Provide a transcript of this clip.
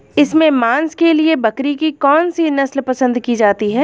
इसके मांस के लिए बकरी की कौन सी नस्ल पसंद की जाती है?